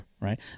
right